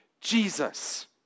Jesus